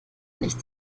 nichts